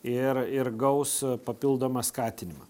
ir ir gaus papildomą skatinimą